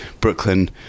Brooklyn